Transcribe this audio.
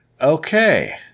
Okay